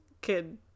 kid